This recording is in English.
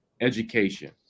education